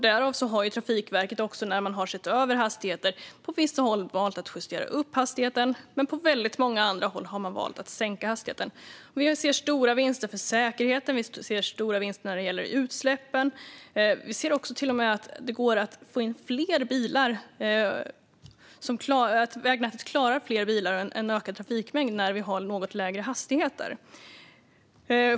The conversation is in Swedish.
Därför har också Trafikverket när man sett över hastigheter valt att på vissa håll justera upp hastigheten, men på många andra håll har man valt att sänka hastigheten. Vi ser stora vinster för säkerheten och när det gäller utsläpp. Vi ser till och med att det går att få in fler bilar, att vägen klarar en ökad trafikmängd, när vi har något lägre hastigheter.